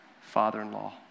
father-in-law